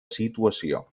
situació